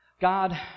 God